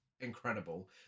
incredible